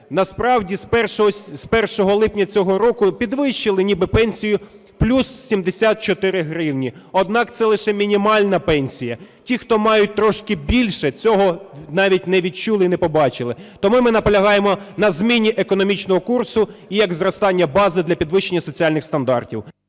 Насправді з 1 липня цього року підвищили ніби пенсію: плюс 74 гривні. Однак це лише мінімальна пенсія. Ті, хто мають трошки більше, цього навіть не відчули і не побачили. Тому ми наполягаємо на зміні економічного курсу як зростання бази для підвищення соціальних стандартів.